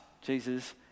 Jesus